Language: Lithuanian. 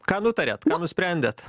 ką nutarėt ką nusprendėt